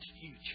future